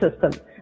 system